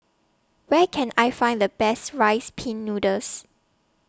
Where Can I Find The Best Rice Pin Noodles